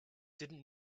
didn’t